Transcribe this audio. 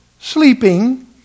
sleeping